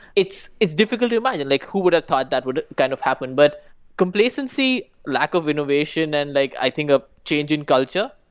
it's it's difficult to imagine. and like who would have thought that would kind of happen? but complacency, lack of innovation, and like i think a change in culture,